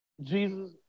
Jesus